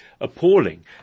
appalling